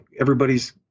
everybody's